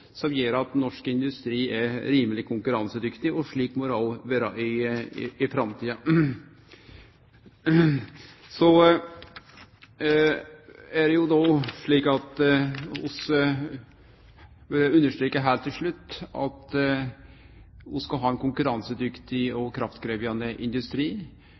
som gjer at norsk industri er rimeleg konkurransedyktig. Og slik må det òg vere i framtida. Heilt til slutt understrekar vi at vi skal ha ein konkurransedyktig og kraftkrevjande industri.